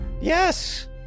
Yes